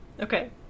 Okay